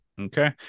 Okay